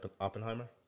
Oppenheimer